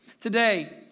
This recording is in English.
Today